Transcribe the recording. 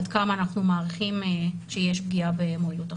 עד כמה אנחנו מעריכים שיש פגיעה במועילות החיסון.